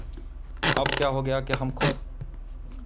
अब क्या हो गया कि हम खुद